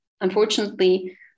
Unfortunately